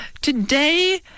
Today